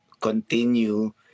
continue